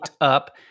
up